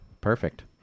perfect